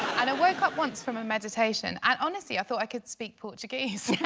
and i woke up once from a meditation and honestly, i thought i could speak portuguese